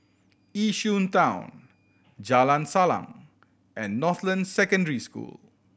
Yishun Town Jalan Salang and Northland Secondary School